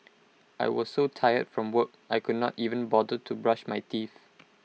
I was so tired from work I could not even bother to brush my teeth